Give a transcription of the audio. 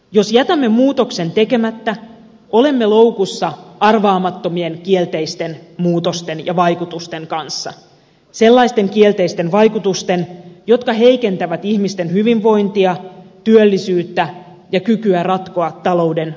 jos jätämme muutoksen tekemättä olemme loukussa arvaamattomien kielteisten muutosten ja vaikutusten kanssa sellaisten kielteisten vaikutusten jotka heikentävät ihmisten hyvinvointia työllisyyttä ja kykyä ratkoa talouden ongelmia